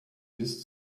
bis